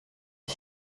est